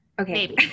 Okay